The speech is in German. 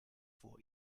vor